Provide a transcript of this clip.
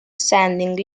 standing